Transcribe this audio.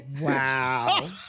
Wow